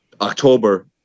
October